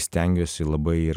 stengiuosi labai ir